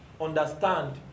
Understand